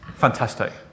fantastic